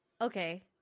Okay